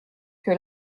que